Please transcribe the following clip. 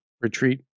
retreat